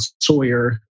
Sawyer